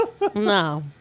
No